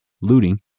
looting